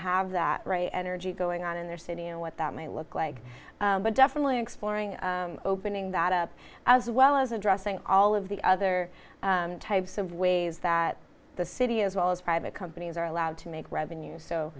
have that right energy going on in their city and what that might look like but definitely exploring opening that up as well as addressing all of the other types of ways that the city as well as private companies are allowed to make revenue so